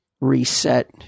reset